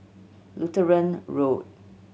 Lutheran Road